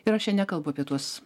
ir aš čia nekalbu apie tuos